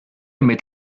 mit